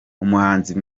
umuhanzi